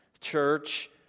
church